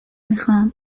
میخوام